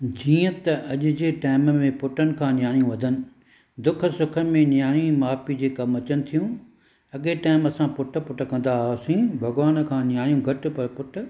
जीअं त अॼु जे टाइम में पुटनि खां नियाणियूं वधनि दुख सुख में नियाणी माउ पीउ जे कमु अचनि थियूं अॻे टाइम असां पुट पुट कंदा हुआसीं भॻुवान खां नियाणी घटि पर पुटु